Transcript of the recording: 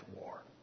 war